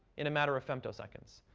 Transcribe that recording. in a matter of femtoseconds.